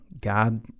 God